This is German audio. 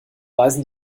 weisen